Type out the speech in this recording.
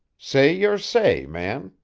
say your say, man.